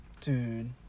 dude